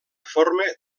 forma